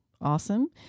Awesome